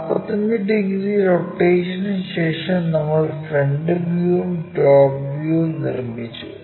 45 degree റൊട്ടേഷനുശേഷം നമ്മൾ front വ്യൂവും ടോപ് വ്യൂവും നിർമിച്ചു